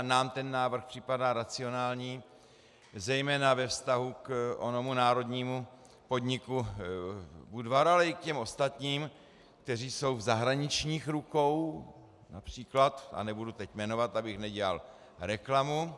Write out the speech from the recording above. Nám ten návrh připadá racionální, zejména ve vztahu k onomu národnímu podniku Budvar, ale i k těm ostatním, kteří jsou v zahraničních rukou například, a nebudu teď jmenovat, abych nedělal reklamu.